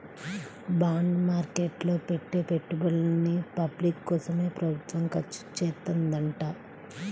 bond market లో పెట్టే పెట్టుబడుల్ని పబ్లిక్ కోసమే ప్రభుత్వం ఖర్చుచేత్తదంట